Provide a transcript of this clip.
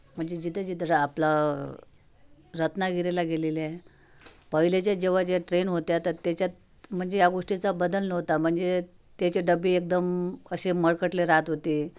म्हणजे जिथंजिथं र आपलं रत्नागिरीला गेलेली आहे पहिलेचे जेव्हा जे ट्रेन होत्या त त्याच्यात म्हणजे या गोष्टीचा बदल नव्हता म्हणजे त्याचे डबे एकदम असे मळकटले राहत होते